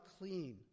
clean